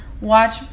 watch